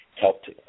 helped